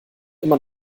immer